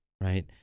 right